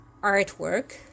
artwork